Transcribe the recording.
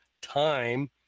time